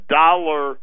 dollar